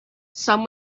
some